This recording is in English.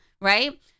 right